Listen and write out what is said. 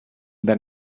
than